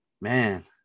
man